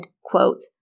quote